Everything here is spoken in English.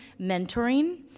mentoring